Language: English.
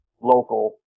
local